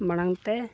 ᱢᱟᱲᱟᱝᱛᱮ